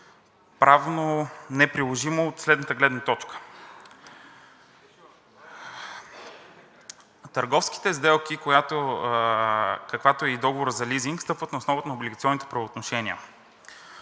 правно-неприложимо от следната гледна точка: в търговските сделки, какъвто е и договорът за лизинг, стъпват на основата на облигационните правоотношения.